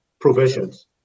provisions